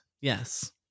Yes